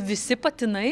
visi patinai